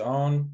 own